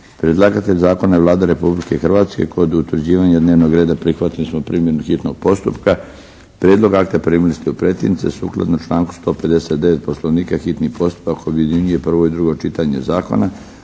Predlagatelj zakona je Vlada Republike Hrvatske. Kod utvrđivanja dnevnog reda prihvatili smo primjenu hitnog postupka. Prijedlog akta primili ste u pretince. Sukladno članku 159. Poslovnika hitni postupak objedinjuje prvo i drugo čitanje zakona.